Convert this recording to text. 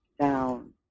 down